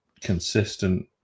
consistent